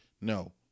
No